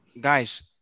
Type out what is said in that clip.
Guys